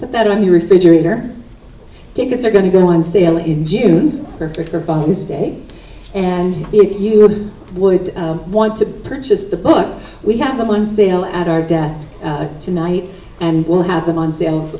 that on your refrigerator tickets are going to go on sale in june for her father's day and if you would want to purchase the book we have them on sale at our death tonight and we'll have them on sales